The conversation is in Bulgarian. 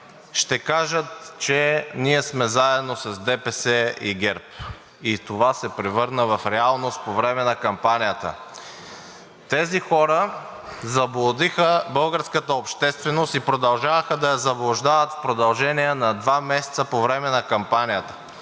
ще кажат, че ние сме заедно с ДПС и ГЕРБ“ и това се превърна в реалност по време на кампанията. Тези хора заблудиха българската общественост и продължаваха да я заблуждават в продължение на два месеца по време на кампанията.